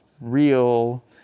Real